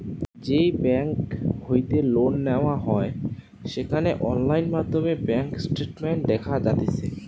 যেই বেংক হইতে লোন নেওয়া হয় সেখানে অনলাইন মাধ্যমে ব্যাঙ্ক স্টেটমেন্ট দেখা যাতিছে